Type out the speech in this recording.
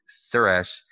Suresh